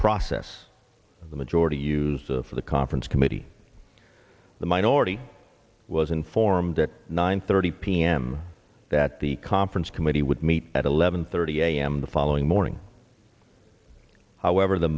process of the majority use for the conference committee the minority was informed at nine thirty p m that the conference committee would meet at eleven thirty a m the following morning however the